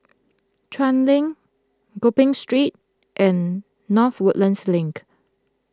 Chuan Link Gopeng Street and North Woodlands Link